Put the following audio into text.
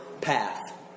path